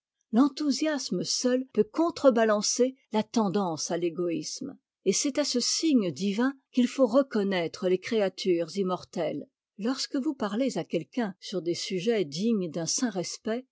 l'enthousiasme seul peut contre-balancer la tendance à régoisme et c'est à ce signe divin qu'il faut reconnaître les créatures immortelles lorsque vous parlez à quelqu'un sur des sujets dignes d'un saint respect